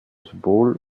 symbol